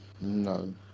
No